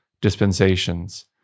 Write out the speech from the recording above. dispensations